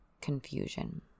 confusion